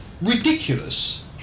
ridiculous